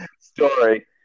story